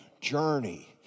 journey